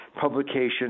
Publication